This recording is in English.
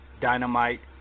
Dynamite